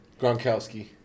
Gronkowski